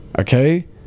Okay